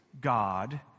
God